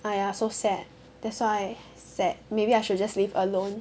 !aiya! so sad that's why sad maybe I should just live alone